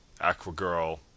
Aquagirl